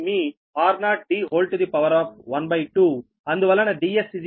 అందువలన Ds r0 ఇది into 0